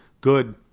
good